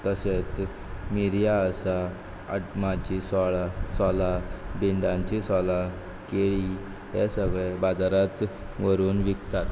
तशेंच मिरयां आसा आटमाचीं सोळां सोलां भिंडांचीं सोलां केळीं हें सगळें बाजारांत व्हरून विकतात